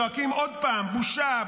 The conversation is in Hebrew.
צועקים עוד פעם בושה,